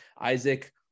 Isaac